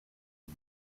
het